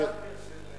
"סופר-טנקר" של,